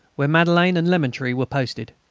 where madelaine and lemaitre were posted,